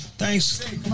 Thanks